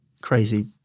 crazy